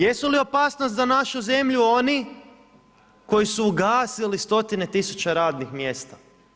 Jesu li opasnost za našu zemlju oni koji su ugasili stotine tisuća radnih mjesta?